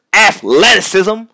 athleticism